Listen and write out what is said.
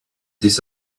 this